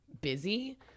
busy